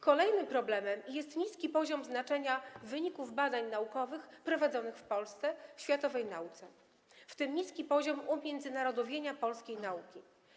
Kolejnym problemem jest niski poziom znaczenia wyników badań naukowych prowadzonych w Polsce w światowej nauce, w tym niski poziom umiędzynarodowienia polskiej nauki.